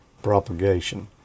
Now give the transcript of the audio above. Propagation